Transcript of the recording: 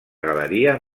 galeria